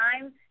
time